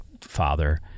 father